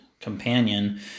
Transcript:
Companion